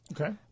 Okay